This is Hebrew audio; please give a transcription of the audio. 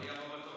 לא, אני הבא בתור.